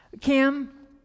Kim